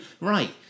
right